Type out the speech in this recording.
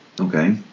Okay